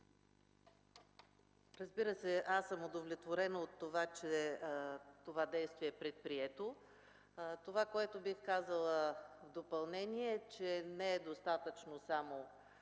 Разбира се, аз съм удовлетворена, че това действие е предприето. Това, което бих казала в допълнение, е, че не е достатъчно само